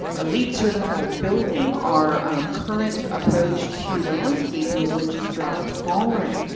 a lead certified building, our current approach to landscaping, which is drought tolerant.